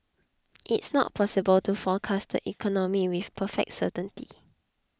it's not possible to forecast the economy with perfect certainty